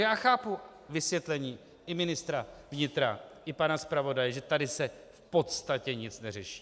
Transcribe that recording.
Já chápu vysvětlení pana ministra vnitra i pana zpravodaje, že tady se v podstatě nic neřeší.